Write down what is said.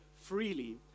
freely